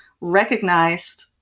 recognized